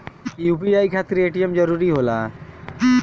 UPI खातिर ATM जरूरी होला?